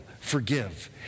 forgive